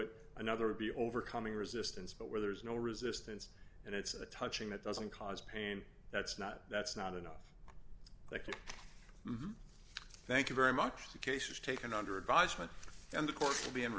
it another would be overcoming resistance but where there's no resistance and it's a touching that doesn't cause pain that's not that's not enough thank you very much the case is taken under advisement and the court will be